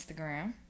Instagram